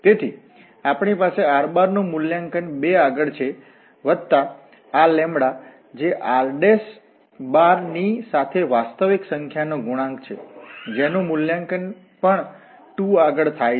તેથી આપણી પાસે r ⃗ નું મૂલ્યાંકન 2 આગળ છે વત્તા આ λ જે r ની સાથે વાસ્તવિક સંખ્યાનો ગુણાક છે જેનું મૂલ્યાંકન પણ 2 આગળ થાય છે